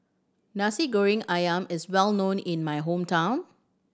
Nasi Goreng Ayam is well known in my hometown